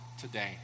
today